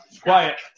Quiet